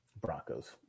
Broncos